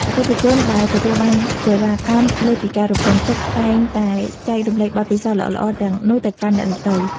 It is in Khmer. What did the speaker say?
អតិថិជនដែលទទួលបានសេវាកម្មលើសពីការរំពឹងទុកតែងតែចែករំលែកបទពិសោធន៍ល្អៗទាំងនោះទៅកាន់អ្នកដទៃ។